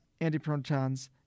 antiprotons